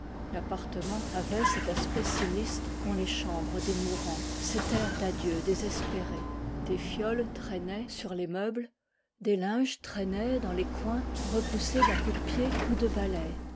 l'appartement avait cet aspect sinistre qu'ont les chambres des mourants cet air d'adieu désespéré des fioles traînaient sur les meubles des linges traînaient dans les coins repoussés d'un coup de pied ou de balai